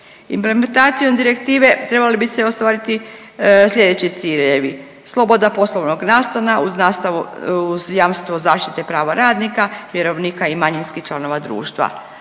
Implementacijom direktive trebali bi se ostvariti slijedeći ciljevi, sloboda poslovnog nastana uz nastavu, uz jamstvo zaštite prava radnika, vjerovnika i manjinskih članova društva,